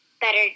better